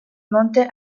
monte